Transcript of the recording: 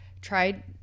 tried